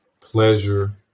pleasure